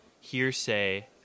hearsay